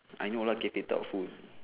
I know lah cafe type of food